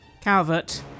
Calvert